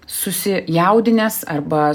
susijaudinęs arba